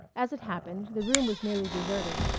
as it happened, the room was nearly deserted,